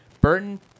Burton